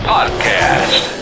Podcast